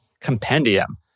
compendium